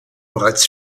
bereits